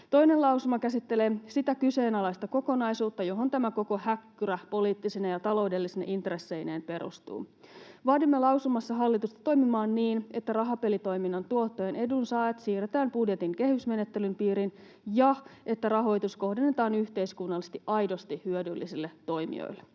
Toinen lausuma käsittelee sitä kyseenalaista kokonaisuutta, johon tämä koko häkkyrä poliittisine ja taloudellisine intresseineen perustuu. Vaadimme lausumassa hallitusta toimimaan niin, että rahapelitoiminnan tuottojen edunsaajat siirretään budjetin kehysmenettelyn piiriin ja että rahoitus kohdennetaan yhteiskunnallisesti aidosti hyödyllisille toimijoille.